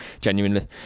genuinely